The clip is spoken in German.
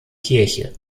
kirche